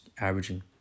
averaging